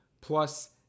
plus